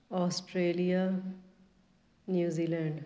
Australia New Zealand